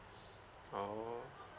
oh